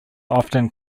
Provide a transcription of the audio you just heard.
often